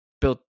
built